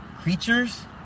creatures